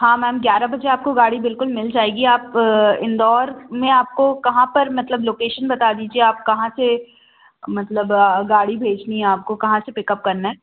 हाँ मैम ग्यारह बजे आपको गाड़ी बिलकुल मिल जाएगी आप इंदौर में आपको कहाँ पर मतलब लोकेशन बता दीजिए आप कहाँ से मतलब गाड़ी भेजनी है आपको कहाँ से पिक अप करना है